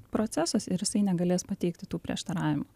procesas ir jisai negalės pateikti tų prieštaravimų